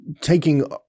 taking